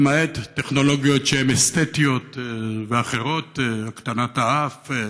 למעט טכנולוגיות שהן אסתטיות ואחרות, הקטנת האף,